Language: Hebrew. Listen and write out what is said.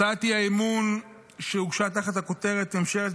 הצעת האי-אמון שהוגשה תחת הכותרת "ממשלת